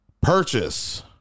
purchase